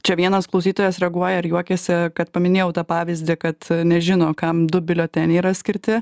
čia vienas klausytojas reaguoja ir juokiasi kad paminėjau tą pavyzdį kad nežino kam du biulioteniai yra skirti